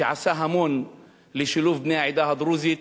שעשה המון לשילוב בני העדה הדרוזית